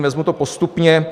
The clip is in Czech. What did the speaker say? Vezmu to postupně.